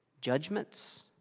judgments